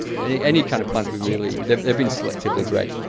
any any kind of plant really, they have been selectively bred.